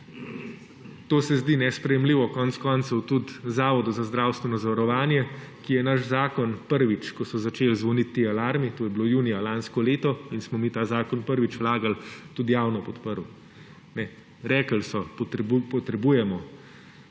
To se zdi nesprejemljivo konec koncev tudi Zavodu za zdravstveno zavarovanje, ki je naš zakon, prvič ko so začeli zvoniti ti alarmi, to je bilo junija lansko leto in smo mi ta zakon prvič vlagali, tudi javno podprl. Rekli so – potrebujemo